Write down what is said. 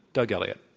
doug elliott.